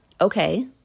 okay